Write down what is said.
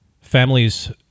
families